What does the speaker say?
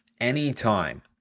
Anytime